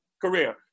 career